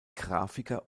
grafiker